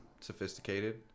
sophisticated